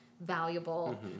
valuable